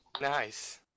nice